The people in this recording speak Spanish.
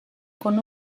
con